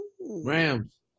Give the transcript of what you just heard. Rams